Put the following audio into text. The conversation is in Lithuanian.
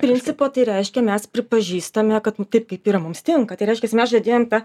principo tai reiškia mes pripažįstame kad taip kaip yra mums tinka tai reiškiasi mes žadėjom